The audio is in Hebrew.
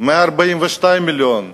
142 מיליון.